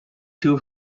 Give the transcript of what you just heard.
two